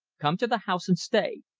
come to the house and stay.